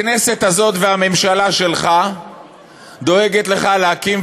הכנסת הזאת והממשלה שלך דואגות לך להקים